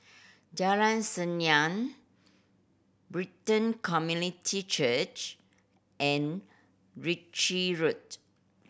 Jalan Senyum Brighton Community Church and Ritchie Road